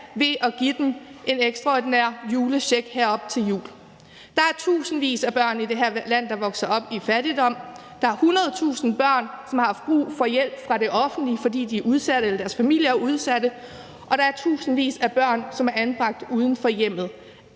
ved at give dem en ekstraordinær julecheck her op til jul. Der er tusindvis af børn i det her land, der vokser op i fattigdom. Der er 100.000 børn, som har haft brug for hjælp fra det offentlige, fordi de er udsatte eller deres familier er udsatte, og der er tusindvis af børn, som er anbragt uden for hjemmet.